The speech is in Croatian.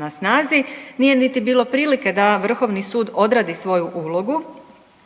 na snazi, nije niti bilo prilike da Vrhovni sud odradi svoju ulogu,